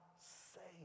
saved